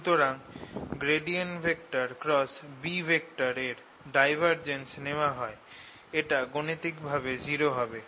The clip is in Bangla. সুতরাং যখন B এর ডাইভারজেন্স নেওয়া হয় এটা গাণিতিক ভাবে 0 হবে